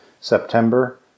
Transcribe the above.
September